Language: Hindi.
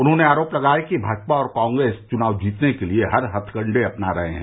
उन्होंने अरोप लगाया कि भाजपा और कांग्रेस चुनाव जीतने के लिये हर हथकंडे अपना रहे हैं